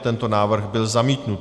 Tento návrh byl zamítnut.